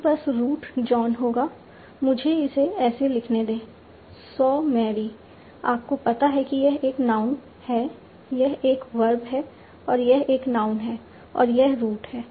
आपके पास root John होगा मुझे इसे ऐसे लिखने दें सॉ मैरी आपको पता है कि यह एक नाउन है यह एक वर्ब है और यह एक नाउन है और यह रूट है